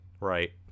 Right